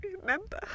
remember